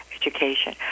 education